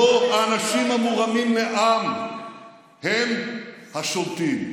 לא האנשים המורמים מעם הם השולטים.